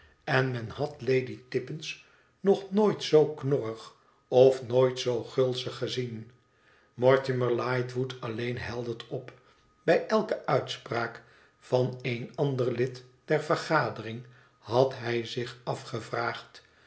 en men had lady tippins nog nooit zoo knorrig of nooit zoo gulzig gezien mortimer lightwood alleen heldert op bij elke uitspraak van een ander lid der vergadering had hij zich afgevraagd